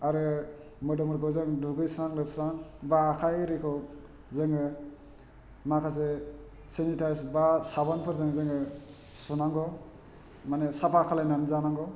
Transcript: आरो मोदोमफोरखौ जों दुगैस्रां लोबस्रां बा आखाइ इरिखौ जोङो माखासे सेनिटाइज बा साबोन फोरजों जोङो सुनांगौ माने साफा खालायनानै जानांगौ